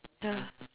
ya